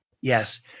Yes